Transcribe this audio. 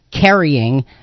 Carrying